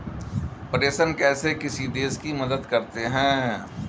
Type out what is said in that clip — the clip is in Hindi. प्रेषण कैसे किसी देश की मदद करते हैं?